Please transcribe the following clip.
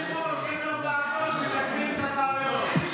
מגיעים לוועדות, מתקנים את הטעויות.